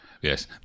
Yes